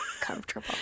comfortable